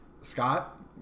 Scott